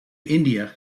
india